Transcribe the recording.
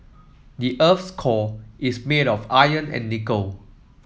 the earth's core is made of iron and nickel